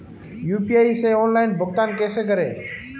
UPI से online भुगतान कैसे करें?